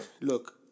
Look